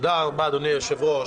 תודה רבה, אדוני היושב-ראש.